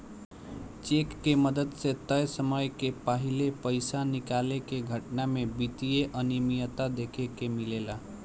check के मदद से तय समय के पाहिले पइसा निकाले के घटना में वित्तीय अनिमियता देखे के मिलेला